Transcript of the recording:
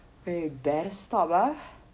eh you better stop ah